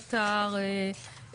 קטאר,